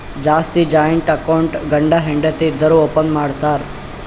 ಜಾಸ್ತಿ joint account ಗಂಡ ಹೆಂಡತಿ ಇದ್ದೋರು ಓಪನ್ ಮಾಡ್ತಾರ್